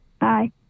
Bye